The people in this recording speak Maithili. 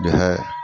जे है